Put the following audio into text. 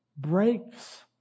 breaks